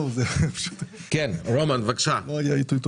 רומן, בבקשה.